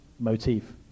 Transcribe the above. motif